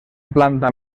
planta